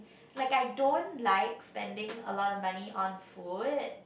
like I don't like spending a lot of money on food